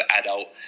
adult